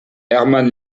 hermann